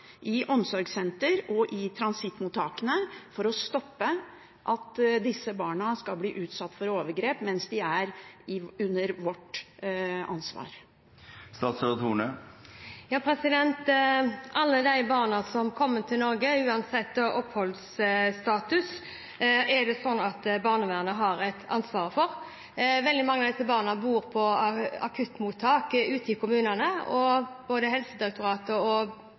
i omsorgssentrene og i transittmottakene for å få slutt på at disse barna skal bli utsatt for overgrep mens de er under vårt ansvar? Alle barna som kommer til Norge, uansett oppholdsstatus, har barnevernet ansvaret for. Veldig mange av disse barna bor i akuttmottak ute i kommunene, og både Helsedirektoratet og